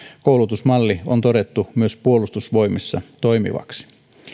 koulutusmalli on todettu myös puolustusvoimissa toimivaksi